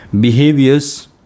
Behaviors